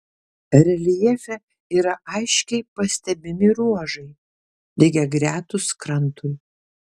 reljefe yra aiškiai pastebimi ruožai lygiagretūs krantui